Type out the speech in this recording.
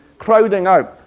crowding out.